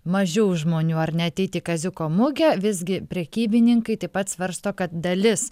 mažiau žmonių ar neateit kaziuko mugę visgi prekybininkai taip pat svarsto kad dalis